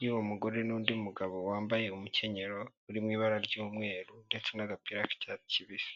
y'uwo mugore n'undi mugabo wambaye umukenyerero uri mu ibara ry'umweru ndetse n'agapira gafite cyatsi kibisi.